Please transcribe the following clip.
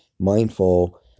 Mindful